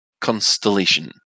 constellation